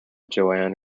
joan